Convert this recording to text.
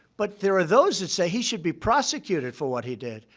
but there are those that say he should be prosecuted for what he did.